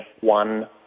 one